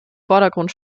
vordergrund